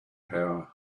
power